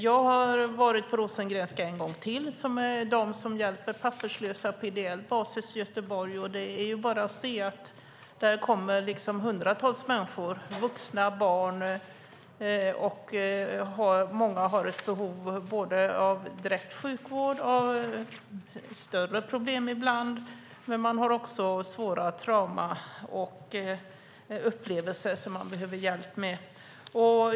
Jag har varit på Rosengrenska en gång till. Det är de som på ideell basis hjälper papperslösa i Göteborg. Där kommer det hundratals människor, vuxna och barn. Många har behov av direkt sjukvård och har större problem ibland. Man har också svåra trauman och upplevelser som man behöver hjälp med.